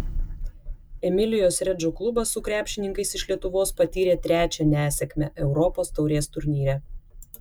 emilijos redžo klubas su krepšininkais iš lietuvos patyrė trečią nesėkmę europos taurės turnyre